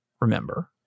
remember